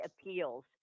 appeals